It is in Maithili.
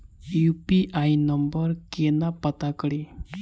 यु.पी.आई नंबर केना पत्ता कड़ी?